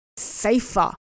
safer